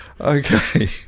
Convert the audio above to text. Okay